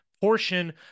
portion